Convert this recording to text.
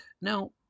Now